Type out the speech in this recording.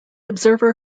observer